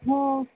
હું